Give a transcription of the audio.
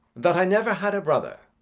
that i never had a brother,